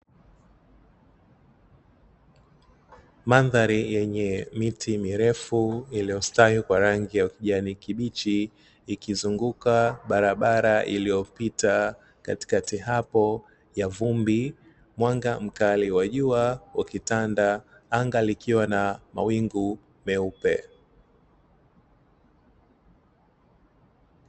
Madhari yenye miti mirefu iliyostawi kwa rangi ya kijani kibichi ikizunguka barabara iliyopita katikati hapo ya vumbi, mwanga mkali wa jua ukitanda, anga likiwa na mawingu meupe.